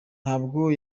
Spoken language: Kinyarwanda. ntabwo